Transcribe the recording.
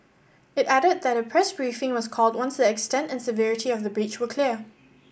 it added that a press briefing was called once the extent and severity of the breach were clear